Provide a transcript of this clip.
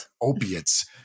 opiates